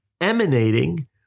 emanating